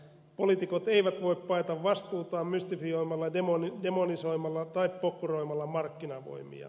poliitikot eivät voi paeta vastuutaan mystifioimalla demonisoimalla tai pokkuroimalla markkinavoimia